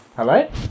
Hello